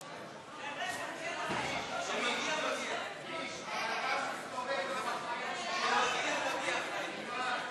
ההצעה להעביר את הצעת חוק הבטחת הכנסה (תיקון,